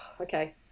okay